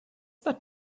that